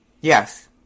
Yes